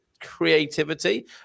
creativity